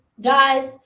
Guys